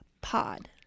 Pod